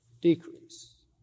decrease